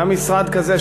היה משרד כזה,